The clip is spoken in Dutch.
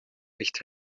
licht